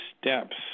steps